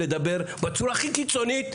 לדבר בצורה הכי קיצונית,